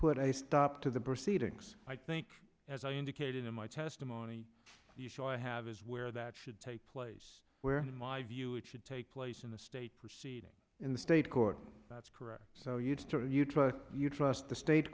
put a stop to the proceedings i think as i indicated in my testimony the show i have is where that should take place where my view it should take place in the state proceeding in the state court that's correct so you start a new trial you trust the state